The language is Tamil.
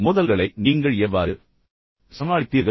மோதல்களை நீங்கள் எவ்வாறு சமாளித்தீர்கள்